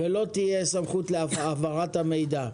ולו תהיה סמכות להעברת המידע.